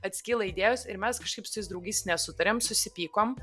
atskyla idėjos ir mes kažkaip su tais draugais nesutarėm susipykom